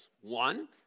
One